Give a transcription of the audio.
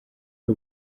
ari